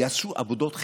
יעשו עבודות חקר.